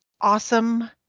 awesome